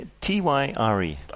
T-Y-R-E